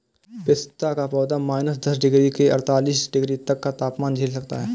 पिस्ता का पौधा माइनस दस डिग्री से अड़तालीस डिग्री तक का तापमान झेल सकता है